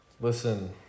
Listen